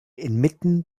inmitten